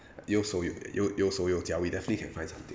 有手有有手有脚 we definitely can find something